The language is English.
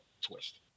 twist